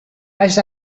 vaig